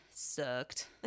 sucked